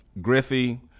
Griffey